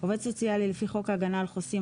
(2) עובד סוציאלי לפי חוק ההגנה על חוסים,